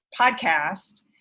podcast